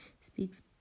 speaks